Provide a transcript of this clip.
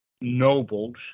nobles